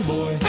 Boy